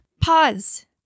Pause